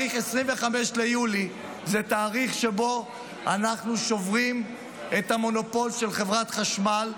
25 ביולי הוא התאריך שבו אנחנו שוברים את המונופול של חברת החשמל,